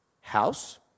house